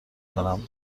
کنم